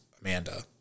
Amanda